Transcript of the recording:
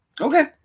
Okay